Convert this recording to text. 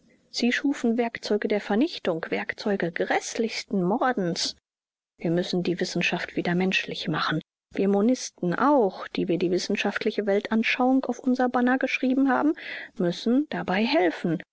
sie schufen werkzeuge der vernichtung werkzeuge gräßlichsten mordens wir müssen die wissenschaft wieder menschlich machen wir monisten auch die wir die wissenschaftliche weltanschauung auf unser banner geschrieben haben müssen dabei helfen